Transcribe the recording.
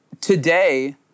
today